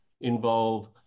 involve